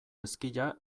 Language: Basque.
ezkila